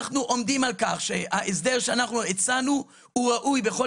אנחנו עומדים על כך שההסדר שאנחנו הצענו הוא ראוי בכל